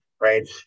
right